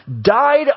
died